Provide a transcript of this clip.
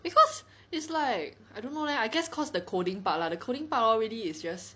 cause it's like I don't know leh I guess cause the coding part lah the coding part hor really is just